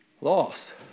Loss